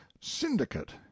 syndicate